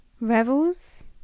Revels